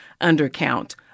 undercount